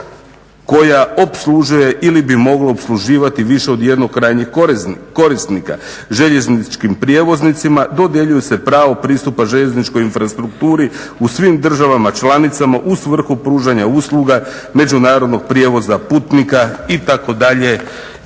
koja opslužuje ili bi moglo opsluživati više od jednog krajnjeg korisnika. Željezničkim prijevoznicima dodjeljuje se pravo pristupa željezničkoj infrastrukturi u svim državama članicama u svrhu pružanja usluga međunarodnog prijevoza putnika itd.,